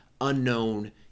unknown